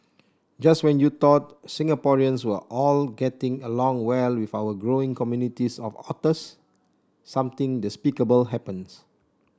just when you thought Singaporeans were all getting along well with our growing communities of otters something despicable happens